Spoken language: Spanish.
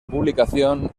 publicación